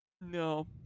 No